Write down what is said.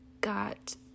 got